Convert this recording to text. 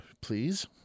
please